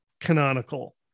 canonical